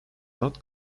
not